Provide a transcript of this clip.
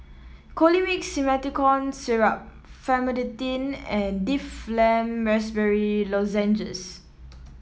Colimix Simethicone Syrup Famotidine and Difflam Raspberry Lozenges